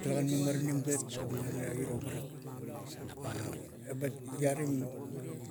Talegan mamaranim gat muana iro parak ebat, iaring,